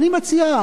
ואני מציע,